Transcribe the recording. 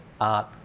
art